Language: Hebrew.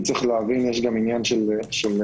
כי צריך להבין שיש גם עניין של ביקוש.